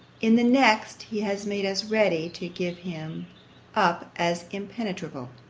in the next he has made us ready to give him up as impenetrable.